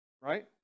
right